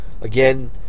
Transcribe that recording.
again